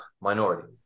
minority